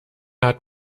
hat